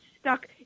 stuck